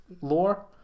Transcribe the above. lore